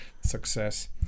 Success